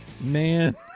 Man